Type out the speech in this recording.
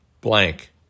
blank